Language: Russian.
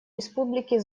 республики